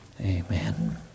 Amen